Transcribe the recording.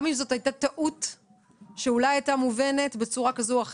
גם אם זאת הייתה טעות שאולי הייתה מובנת בצורה כזו או אחרת,